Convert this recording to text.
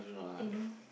they don't want